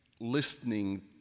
listening